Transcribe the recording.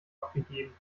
abgegeben